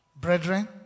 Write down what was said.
Brethren